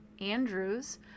Andrews